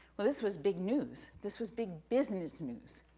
was was big news. this was big business news.